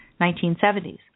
1970s